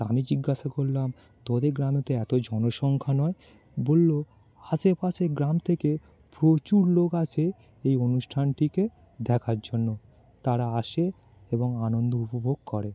আমি জিজ্ঞাসা করলাম তোদের গ্রামে তো এত জনসংখ্যা নয় বলল আশেপাশের গ্রাম থেকে প্রচুর লোক আসে এই অনুষ্ঠানটি দেখার জন্য তারা আসে এবং আনন্দ উপভোগ করে